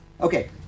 Okay